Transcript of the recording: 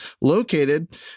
located